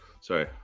Sorry